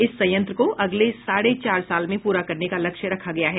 इस संयंत्र को अगले साढ़े चार साल में पूरा करने का लक्ष्य रखा गया है